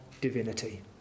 divinity